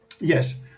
Yes